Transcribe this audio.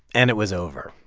and it was over.